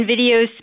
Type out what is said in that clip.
videos